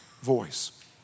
voice